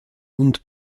und